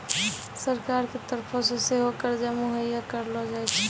सरकारो के तरफो से सेहो कर्जा मुहैय्या करलो जाय छै